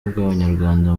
bw’abanyarwanda